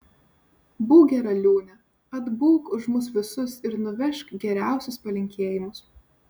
būk gera liūne atbūk už mus visus ir nuvežk geriausius palinkėjimus